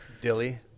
Dilly